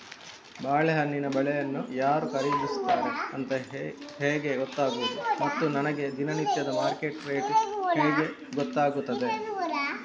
ಬಾಳೆಹಣ್ಣಿನ ಬೆಳೆಯನ್ನು ಯಾರು ಖರೀದಿಸುತ್ತಾರೆ ಅಂತ ಹೇಗೆ ಗೊತ್ತಾಗುವುದು ಮತ್ತು ನನಗೆ ದಿನನಿತ್ಯದ ಮಾರ್ಕೆಟ್ ರೇಟ್ ಹೇಗೆ ಗೊತ್ತಾಗುತ್ತದೆ?